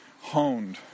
honed